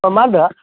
ओह मा होनदों